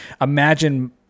imagine